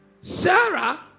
Sarah